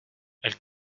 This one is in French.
elle